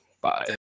Bye